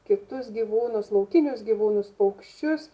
kitus gyvūnus laukinius gyvūnus paukščius